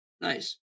Nice